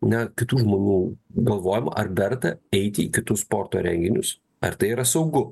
na kitų žmonų galvojimą ar verta eiti į kitus sporto renginius ar tai yra saugu